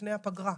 לפני הפגרה.